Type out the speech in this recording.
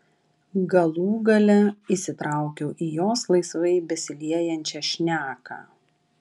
galų gale įsitraukiau į jos laisvai besiliejančią šneką